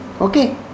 Okay